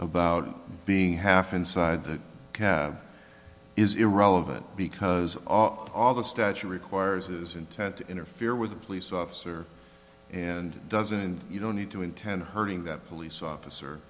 about being half inside that is irrelevant because are all the statute requires his intent to interfere with a police officer and doesn't and you don't need to intend hurting that police officer